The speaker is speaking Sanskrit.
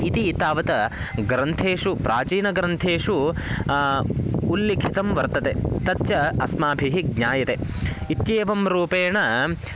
इति तावत् ग्रन्थेषु प्राचीनग्रन्थेषु उल्लिखितं वर्तते तच्च अस्माभिः ज्ञायते इत्येवं रूपेण